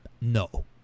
no